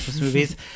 movies